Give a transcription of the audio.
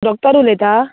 doctor उलयतां